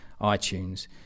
iTunes